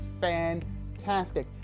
fantastic